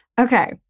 Okay